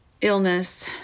illness